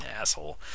Asshole